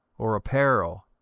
or apparel.